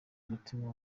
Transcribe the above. umutima